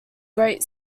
great